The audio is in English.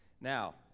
Now